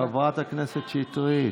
חברת הכנסת שטרית.